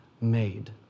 made